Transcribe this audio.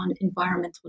environmental